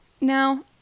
Now